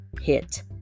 hit